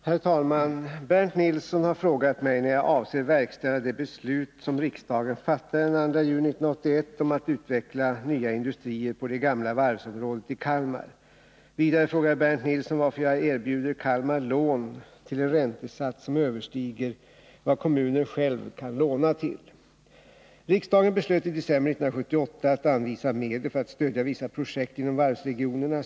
Herr talman! Bernt Nilsson har frågat mig när jag avser verkställa det beslut som riksdagen fattade den 2 juni 1981 om att utveckla nya industrier på det gamla varvsområdet i Kalmar. Vidare frågar Bernt Nilsson varför jag erbjuder Kalmar lån till en räntesats som överstiger vad kommunen själv kan låna till. Riksdagen beslöt i december 1978 att anvisa medel för att stödja vissa projekt inom varvsregionerna.